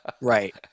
Right